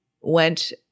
went